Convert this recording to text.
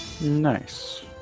Nice